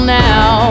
now